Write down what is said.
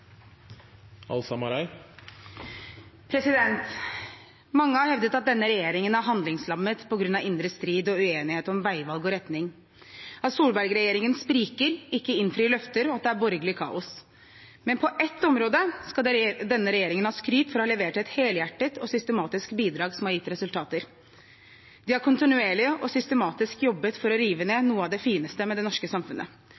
bor. Mange har hevdet at denne regjeringen er handlingslammet på grunn av indre strid og uenighet om veivalg og retning, at Solberg-regjeringen spriker og ikke innfrir løfter, og at det er borgerlig kaos. Men på ett område skal denne regjeringen ha skryt for å ha levert et helhjertet og systematisk bidrag som har gitt resultater: De har kontinuerlig og systematisk jobbet for å rive